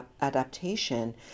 adaptation